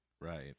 right